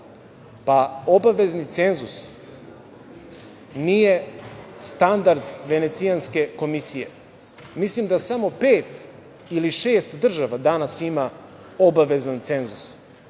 Obavezni cenzus nije standard Venecijanske komisije. Mislim da samo pet ili šest država danas ima obavezan cenzus.